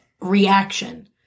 reaction